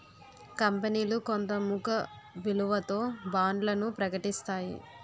కంపనీలు కొంత ముఖ విలువతో బాండ్లను ప్రకటిస్తాయి